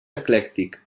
eclèctic